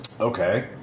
Okay